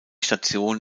station